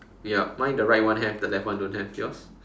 ya mine the right one have the left don't have yours